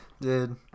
Dude